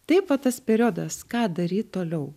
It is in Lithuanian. taip va tas periodas ką daryt toliau